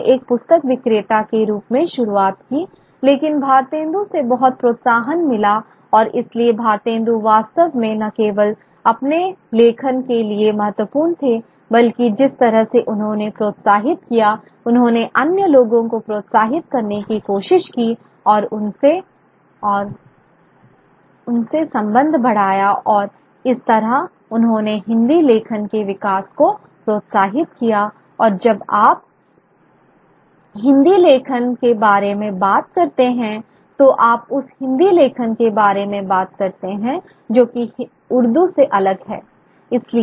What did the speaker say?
उन्होंने एक पुस्तक विक्रेता के रूप में शुरुआत की लेकिन भारतेन्दु से बहुत प्रोत्साहन मिला और इसलिए भारतेन्दु वास्तव में न केवल अपने लेखन के लिए महत्वपूर्ण हैं बल्कि जिस तरह से उन्होंने प्रोत्साहित किया उन्होंने अन्य लोगों को प्रोत्साहित करने की कोशिश की और उनसे संबंध बढ़ाया और इस तरह उन्होंने हिंदी लेखन के विकास को प्रोत्साहित किया और जब आप हिंदी लेखन के बारे में बात करते हैं तो आप उस हिंदी लेखन के बारे में बात करते हैंजो कि उर्दू से अलग है